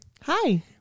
Hi